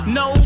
no